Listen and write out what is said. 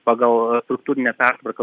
pagal struktūrinę pertvarką